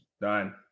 Done